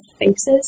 faces